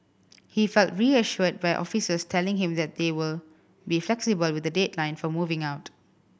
he felt reassured by officers telling him that they will be flexible with the deadline for moving out